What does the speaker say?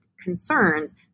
concerns